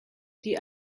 die